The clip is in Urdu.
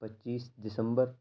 پچیس دسمبر